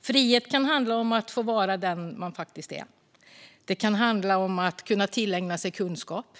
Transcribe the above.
Frihet kan handla om att få vara den man faktiskt är. Det kan handla om att kunna tillägna sig kunskap.